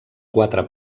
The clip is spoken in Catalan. quatre